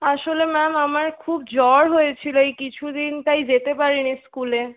আসলে ম্যাম আমার খুব জ্বর হয়েছিলো এই কিছুদিন তাই যেতে পারিনি স্কুলে